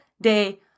day